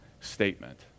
statement